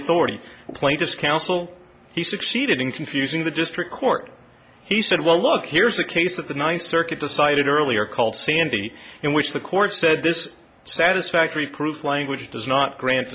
authority plaintiff's counsel he succeeded in confusing the district court he said well look here's a case that the ninth circuit decided earlier called sandy in which the court said this satisfactory proof language does not grant